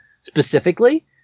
specifically